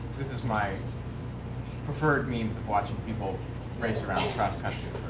this is my and preferred means of watching people race around cross-country